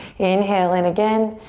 inhale in again.